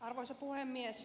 arvoisa puhemies